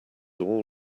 all